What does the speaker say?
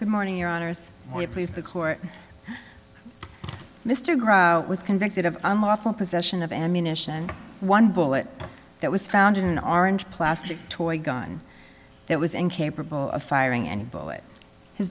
good morning your honor as we please the court mr graham was convicted of unlawful possession of ammunition one bullet that was found in an orange plastic toy gun that was incapable of firing and bullet his